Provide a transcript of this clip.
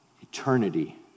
Eternity